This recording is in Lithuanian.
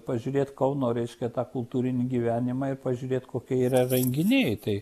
pažiūrėt kauno reiškia tą kultūrinį gyvenimą ir pažiūrėt kokie yra renginiai tai